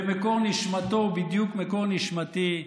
ומקור נשמתו הוא בדיוק מקור נשמתי.